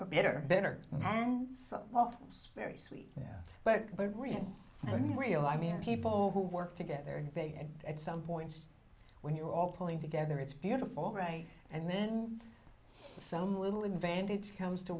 or bitter bitter and some very sweet but but real real live here people who work together and they at some point when you're all pulling together it's beautiful right and then some little advantage comes to